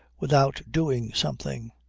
without doing something.